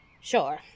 Sure